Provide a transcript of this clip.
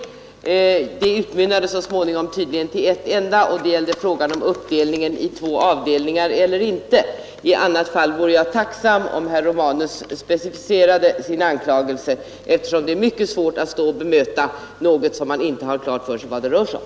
Anförandet utmynnade tydligen så småningom i att det rör sig om ett enda, nämligen i vad avser uppdelningen i två avdelningar. Jag vore tacksam om herr Romanus i annat fall specificerade sina anklagelser. Det är mycket svårt att bemöta dem om man inte har klart för sig vad de handlar om.